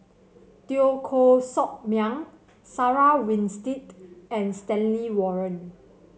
Teo Koh Sock Miang Sarah Winstedt and Stanley Warren